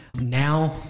now